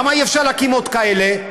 למה אי-אפשר להקים עוד כאלה?